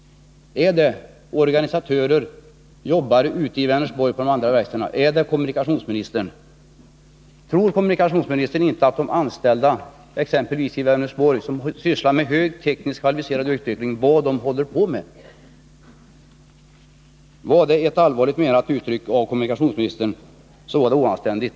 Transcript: Är det organisatörer, jobbare i verkstaden i Vänersborg och i de andra verkstäderna? Eller är det kommunikationsministern? Tror kommunikationsministern inte att de anställda exempelvis i Vänersborg, som sysslar med tekniskt högt kvalificerad utveckling, vet vad de talar om? Var det ett allvarligt menat uttryck av kommunikationsministern, så var det oanständigt.